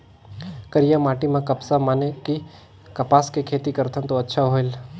करिया माटी म कपसा माने कि कपास के खेती करथन तो अच्छा होयल?